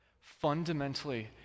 Fundamentally